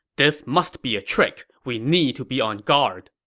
this must be a trick we need to be on guard.